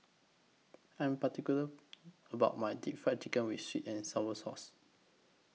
I'm particular about My Deep Fried Fish with Sweet and Sour Sauce